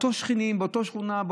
של שכנים באותה שכונה,